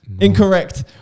Incorrect